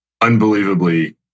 unbelievably